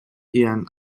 ian